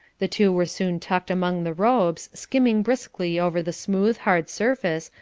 the two were soon tucked among the robes, skimming briskly over the smooth, hard surface,